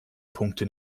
punkte